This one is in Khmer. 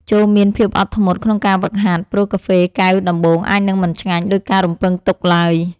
ចូរមានភាពអត់ធ្មត់ក្នុងការហ្វឹកហាត់ ព្រោះកាហ្វេកែវដំបូងអាចនឹងមិនឆ្ងាញ់ដូចការរំពឹងទុកឡើយ។